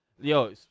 yo